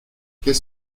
qu’est